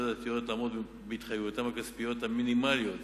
הדתיות לעמוד בהתחייבויותיהן הכספיות המינימליות